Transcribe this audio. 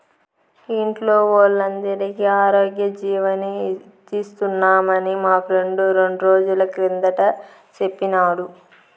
ఇంట్లో వోల్లందరికీ ఆరోగ్యజీవని తీస్తున్నామని మా ఫ్రెండు రెండ్రోజుల కిందట సెప్పినాడు